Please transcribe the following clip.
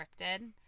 scripted